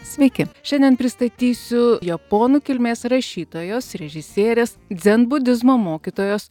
sveiki šiandien pristatysiu japonų kilmės rašytojos režisierės dzenbudizmo mokytojos